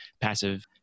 passive